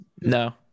No